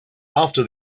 after